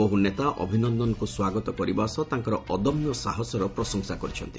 ବହୁ ନେତା ଅଭିନନ୍ଦନଙ୍କୁ ସ୍ୱାଗତ କରିବା ସହ ତାଙ୍କର ଅଦମ୍ୟ ସାହସର ପ୍ରଶଂସା କରିଛନ୍ତି